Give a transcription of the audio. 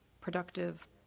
productive